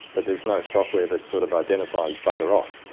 but there's no software that sort of identifies bugger off.